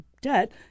debt